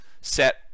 set